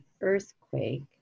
earthquake